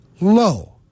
low